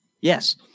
yes